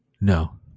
No